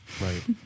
Right